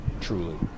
truly